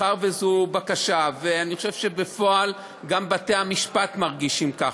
מאחר שזו בקשה ובפועל גם בתי-המשפט מרגישים כך,